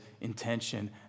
intention